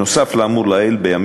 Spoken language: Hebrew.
נוסף על האמור לעיל,